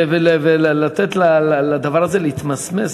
ולתת לדבר הזה להתמסמס,